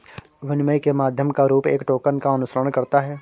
विनिमय के माध्यम का रूप एक टोकन का अनुसरण करता है